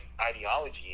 ideology